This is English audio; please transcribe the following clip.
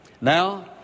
Now